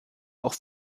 auch